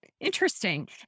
Interesting